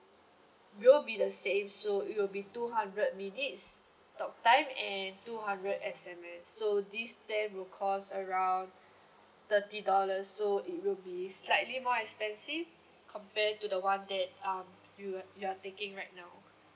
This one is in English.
will be the same so it will be two hundred minutes talk time and two hundred S_M_S so this then will cost around thirty dollars so it will be slightly more expensive compared to the one that um you uh you are taking right now